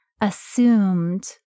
assumed